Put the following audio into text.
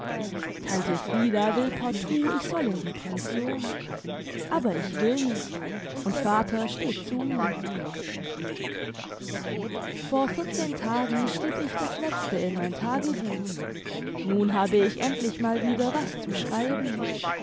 tante frieda will partout ich soll in die pension aber ich will nicht und vater steht zu mir vor vierzehn tagen schrieb ich das letzte in mein tagebuch nun habe ich endlich mal wieder was zu schreiben